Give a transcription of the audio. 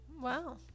Wow